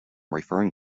referring